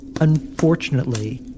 unfortunately